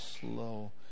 slow